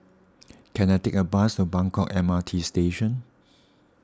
can I take a bus to Buangkok M R T Station